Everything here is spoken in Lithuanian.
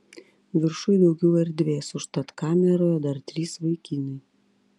viršuj daugiau erdvės užtat kameroje dar trys vaikinai